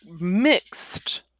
mixed